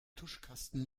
tuschkasten